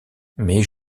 mais